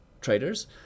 traders